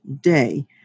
day